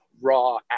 raw